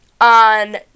on